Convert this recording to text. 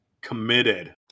Committed